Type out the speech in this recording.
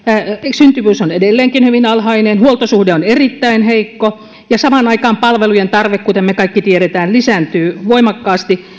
syntyvyys on edelleenkin hyvin alhainen huoltosuhde on erittäin heikko ja samaan aikaan palvelujen tarve kuten me kaikki tiedämme lisääntyy voimakkaasti